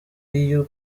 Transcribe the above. iyo